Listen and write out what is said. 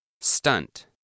Stunt